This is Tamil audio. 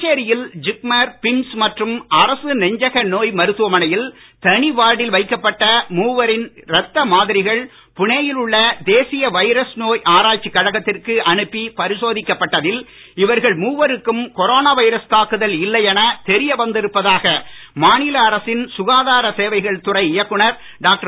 புதுச்சேரியில் ஜிப்மர் பிம்ஸ் மற்றும் அரசு நெஞ்சக நோய் மருத்துவமனையில் தனி வார்டில் வைக்கப்பட்ட மூவரின் இரத்த மாதிரிகள் புனே யில் உள்ள தேசிய வைரல் நோய் ஆராய்ச்சிக் கழகத்திற்கு அனுப்பி பரிசோதிக்கப் பட்டதில் இவர்கள் மூவருக்கும் கொரோனா வைரஸ் தாக்குதல் இல்லை என தெரிய வந்திருப்பதாக மாநில அரசின் சுகாதார சேவைகள் துறை இயக்குனர் டாக்டர்